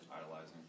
Idolizing